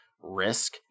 risk